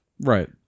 Right